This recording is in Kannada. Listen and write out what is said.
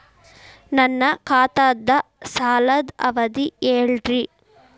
ನನ್ನ ಖಾತಾದ್ದ ಸಾಲದ್ ಅವಧಿ ಹೇಳ್ರಿ